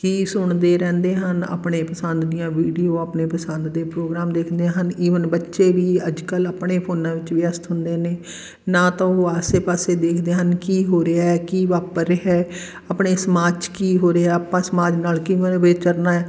ਹੀ ਸੁਣਦੇ ਰਹਿੰਦੇ ਹਨ ਆਪਣੇ ਪਸੰਦ ਦੀਆਂ ਵੀਡੀਓ ਆਪਣੇ ਪਸੰਦ ਦੇ ਪ੍ਰੋਗਰਾਮ ਦੇਖਦੇ ਹਨ ਈਵਨ ਬੱਚੇ ਵੀ ਅੱਜ ਕੱਲ੍ਹ ਆਪਣੇ ਫੋਨਾਂ ਵਿੱਚ ਵਿਅਸਤ ਹੁੰਦੇ ਨੇ ਨਾ ਤਾਂ ਉਹ ਆਸੇ ਪਾਸੇ ਦੇਖਦੇ ਹਨ ਕਿ ਹੋ ਰਿਹਾ ਕੀ ਵਾਪਰ ਰਿਹਾ ਆਪਣੇ ਸਮਾਜ 'ਚ ਕੀ ਹੋ ਰਿਹਾ ਆਪਾਂ ਸਮਾਜ ਨਾਲ ਕਿਵੇਂ ਵਿਚਰਨਾ